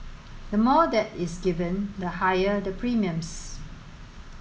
the more that is given the higher the premiums